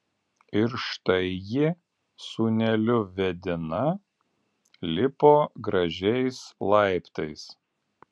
ir štai ji sūneliu vedina lipo gražiais laiptais